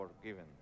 forgiven